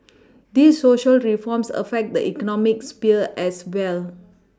these Social reforms affect the economic sphere as well